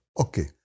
Okay